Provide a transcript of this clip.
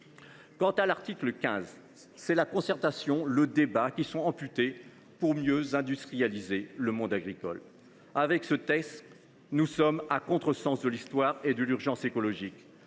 ! À l’article 15, c’est la concertation et le débat qui sont amputés pour mieux industrialiser le monde agricole. Avec ce texte, nous sommes à contresens de l’Histoire et de l’urgence écologique,